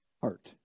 heart